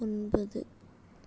ஒன்பது